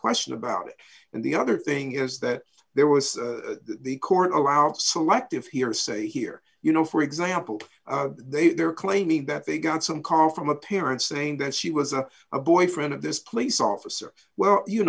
question about it and the other thing is that there was the court allow selective hearsay here you know for example they they're claiming that they got some call from the parents saying that she was a boyfriend of this police officer well you